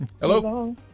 Hello